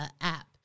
app